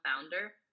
founder